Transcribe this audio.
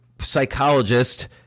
psychologist